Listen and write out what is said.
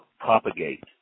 propagate